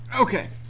Okay